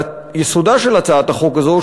על יסודה של הצעת החוק הזאת,